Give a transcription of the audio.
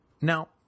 Now